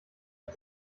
ist